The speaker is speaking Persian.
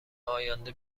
آینده